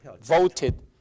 voted